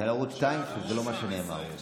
של ערוץ 12. של ערוץ 2 שזה לא מה שנאמר, הוא אומר.